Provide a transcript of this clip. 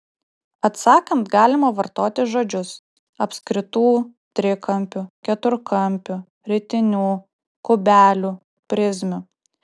atsakant galima vartoti žodžius apskritų trikampių keturkampių ritinių kubelių prizmių